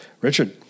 Richard